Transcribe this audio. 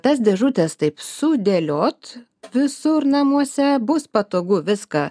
a tas dėžutes taip sudėliot visur namuose bus patogu viską